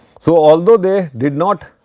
so, although they did not